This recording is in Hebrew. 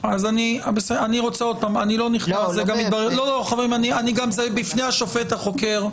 זה בפני השופט החוקר.